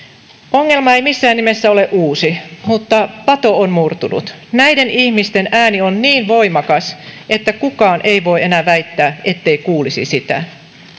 ongelma ei missään nimessä ole uusi mutta pato on murtunut näiden ihmisten ääni on niin voimakas että kukaan ei voi enää väittää ettei kuulisi sitä